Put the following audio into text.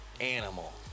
animal